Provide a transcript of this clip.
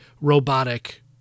robotic